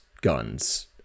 guns